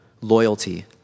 loyalty